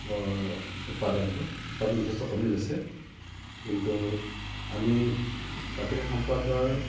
উৎপাদনটো উৎপাদন যথেষ্ট কমি গৈছে কিন্তু আমি প্ৰাকৃতিক সম্পদৰ